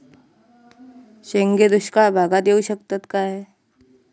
शेंगे दुष्काळ भागाक येऊ शकतत काय?